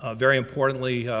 ah very importantly,